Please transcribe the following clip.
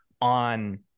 on